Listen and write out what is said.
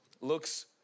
looks